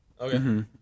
Okay